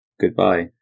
goodbye